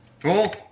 Cool